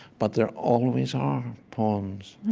but there always are poems,